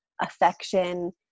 affection